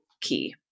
key